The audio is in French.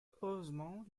heureusement